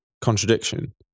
contradiction